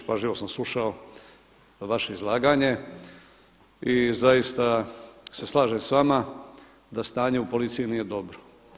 Pažljivo sam slušao vaše izlaganje i zaista se slažem sa vama da stanje u policiji nije dobro.